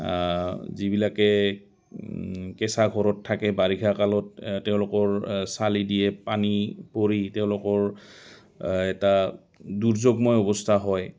যিবিলাকে কেঁচা ঘৰত থাকে বাৰিষা কালত তেওঁলোকৰ চালি দিয়ে পানী পৰি তেওঁলোকৰ এটা দুৰ্যোগময় অৱস্থা হয়